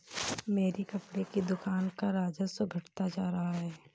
मेरी कपड़े की दुकान का राजस्व घटता जा रहा है